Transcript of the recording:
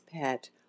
pet